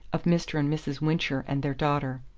of mr. and mrs. wincher and their daughter.